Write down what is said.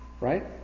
Right